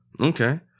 okay